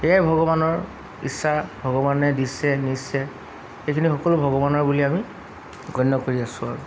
এইয়াই ভগৱানৰ ইচ্ছা ভগৱানে দিছে নিছে এইখিনি সকলো ভগৱানৰ বুলি আমি গণ্য কৰি আছোঁ আৰু